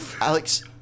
Alex